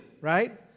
right